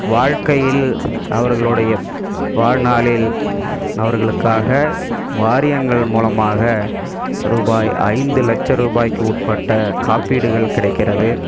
வாழ்க்கையில் அவர்களுடைய வாழ்நாளில் அவர்களுக்காக வாரியங்கள் மூலமாக ரூபாய் ஐந்து லட்ச ரூபாய்க்கு உட்பட்ட காப்பீடுகள் கிடைக்கிறது